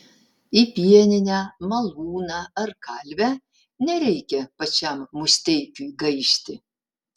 į pieninę malūną ar kalvę nereikia pačiam musteikiui gaišti